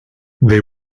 they